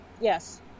yes